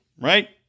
right